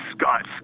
scott